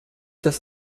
das